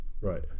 Right